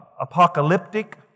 apocalyptic